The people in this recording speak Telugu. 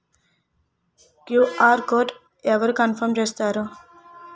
క్యు.ఆర్ కోడ్ అవరు కన్ఫర్మ్ చేస్తారు?